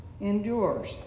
endures